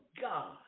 God